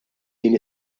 din